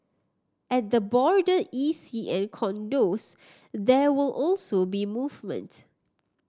at the border E C and condos there will also be movement